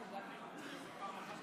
(נטילת דגימה פורנזית מנפגע עבירת מין